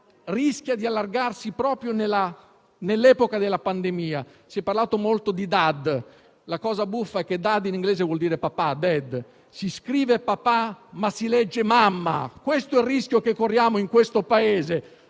rischia di allargarsi proprio nell'epoca della pandemia. Si è parlato molto di DAD: la cosa buffa è che "*dad*" in inglese vuol dire papà; ebbene, si scrive "papà", ma si legge "mamma". Ecco il rischio che corriamo in questo Paese.